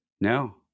No